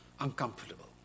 uncomfortable